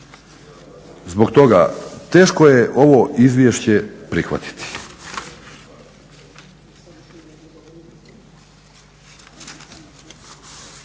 zbog toga teško je ovo izvješće prihvatiti.